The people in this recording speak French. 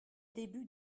début